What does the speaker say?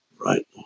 right